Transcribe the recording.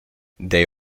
they